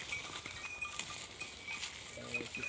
ಬ್ಯಾಂಕ್ನೊಳಗ್ ಸಾಲ ತಗೊಬೇಕಾದ್ರೆ ಏನ್ ಲಾಭ?